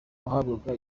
wahabwaga